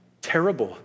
terrible